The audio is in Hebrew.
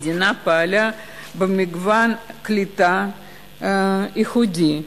המדינה פעלה במגוון קליטה ייחודי,